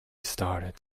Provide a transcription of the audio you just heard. started